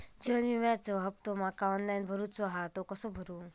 जीवन विम्याचो हफ्तो माका ऑनलाइन भरूचो हा तो कसो भरू?